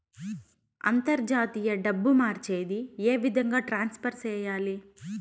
అంతర్జాతీయ డబ్బు మార్చేది? ఏ విధంగా ట్రాన్స్ఫర్ సేయాలి?